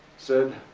said,